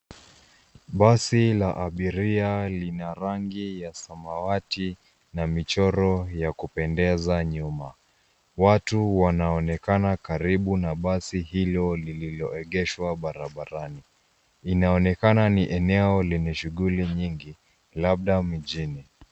Basi la abiria lina rangi ya samawati na michoro ya kupendeza nyuma. Watu wanaonekana karibu na basi hilo lililoegeshwa barabarani. Inaonekana ni eneo lenye shughuli nyingi, labda mjini.